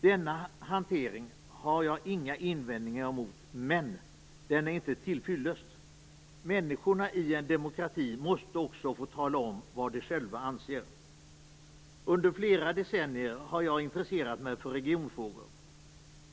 Denna hantering har jag inga invändningar emot - men den är inte till fyllest! Människorna i en demokrati måste också få tala om vad de själva anser. Under flera decennier har jag intresserat mig för regionfrågor.